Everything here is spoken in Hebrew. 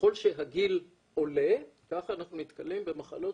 ככל שהגיל עולה ככה אנחנו נתקלים במחלות